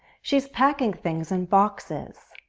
she's packing things in boxes.